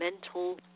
mental